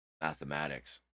mathematics